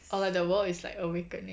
oh like the world is like awakening